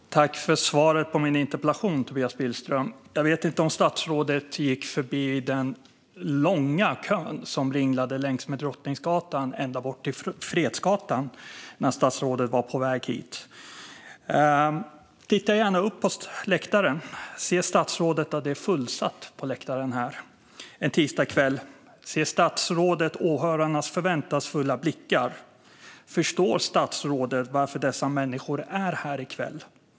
Herr talman! Tack för svaret på min interpellation, Tobias Billström! Jag vet inte om statsrådet gick förbi den långa kö som ringlade längs Drottninggatan ända bort till Fredsgatan när statsrådet var på väg hit. Titta gärna upp på läktaren! Ser statsrådet att det är fullsatt på läktaren här en tisdagskväll? Ser statsrådet åhörarnas förväntansfulla blickar? Förstår statsrådet varför dessa människor är här i kväll?